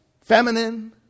feminine